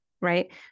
right